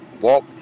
walk